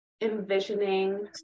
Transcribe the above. envisioning